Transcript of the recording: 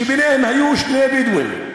שבהם היו שני בדואים,